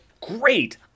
Great